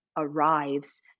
arrives